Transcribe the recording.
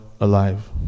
alive